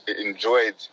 enjoyed